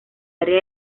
área